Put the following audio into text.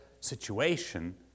situation